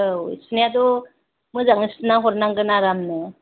औ सुनायाथ' मोजाङै सुना हरनांगोन आरामनो